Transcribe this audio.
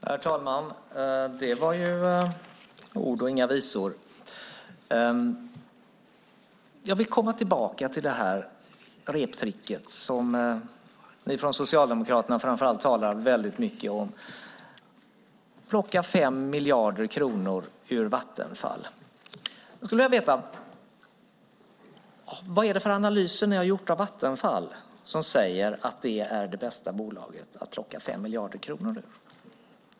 Herr talman! Det var ord och inga visor! Jag vill komma tillbaka till det reptrick som ni från framför allt Socialdemokraterna talar mycket om, att plocka 5 miljarder kronor ur Vattenfall. Jag skulle vilja veta vad det är för analyser ni har gjort av Vattenfall som säger att det är det bästa bolaget att plocka 5 miljarder kronor ur.